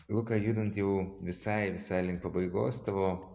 luka judant jau visai visai link pabaigos tavo